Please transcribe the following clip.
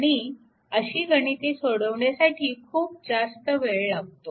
आणि अशी गणिते सोडवण्यासाठी खूप जास्त वेळ लागतो